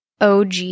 OG